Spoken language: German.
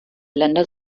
länder